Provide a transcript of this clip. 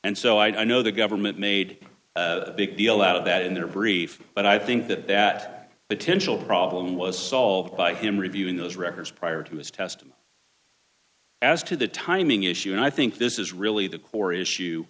and so i don't know the government made a big deal out of that in their brief but i think that that potential problem was solved by him reviewing those records prior to his testimony as to the timing issue and i think this is really the core issue